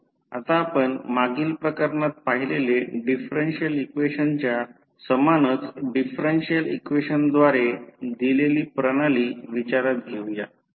आता आपण मागील प्रकरणात पाहिलेले डिफरेन्शिअल इक्वेशनच्या समानच डिफरेन्शिअल इक्वेशनद्वारे दिलेली प्रणाली विचारात घेऊ या